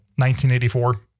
1984